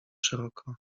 szeroko